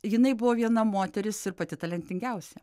jinai buvo viena moteris ir pati talentingiausia